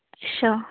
ਅੱਛਾ